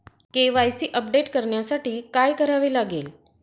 KYC update करण्यासाठी काय करावे लागेल?